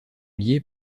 liés